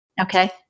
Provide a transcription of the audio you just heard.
Okay